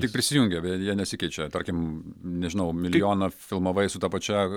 tik prisijungia bet jie nesikeičia tarkim nežinau milijoną filmavai su ta pačia